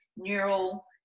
neural